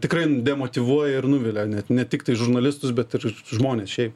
tikrai demotyvuoja ir nuvilia net ne tiktai žurnalistus bet ir žmones šiaip